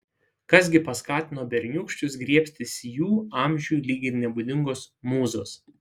kas gi paskatino berniūkščius griebtis jų amžiui lyg ir nebūdingos mūzos